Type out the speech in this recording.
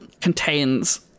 contains